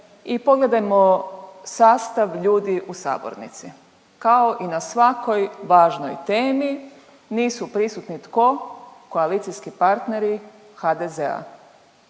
i pogledajmo sastav ljudi u sabornici. Kao i na svakoj važnoj temi nisu prisutni tko, koalicijski partneri HDZ-a.